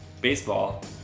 baseball